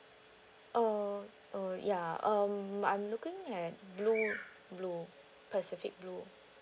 uh uh ya um I'm looking at blue blue pacific blue